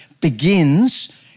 begins